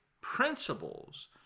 principles